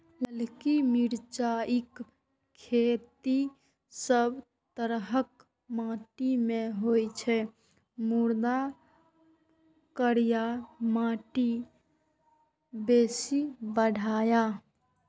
ललकी मिरचाइक खेती सब तरहक माटि मे होइ छै, मुदा करिया माटि बेसी बढ़िया